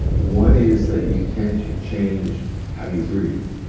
one is that you tend to change how you breathe.